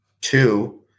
two